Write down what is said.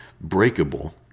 breakable